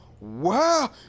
Wow